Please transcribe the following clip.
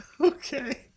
Okay